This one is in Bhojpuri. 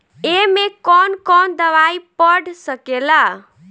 ए में कौन कौन दवाई पढ़ सके ला?